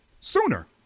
sooner